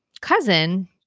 cousin